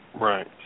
Right